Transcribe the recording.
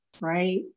right